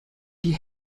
die